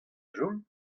chom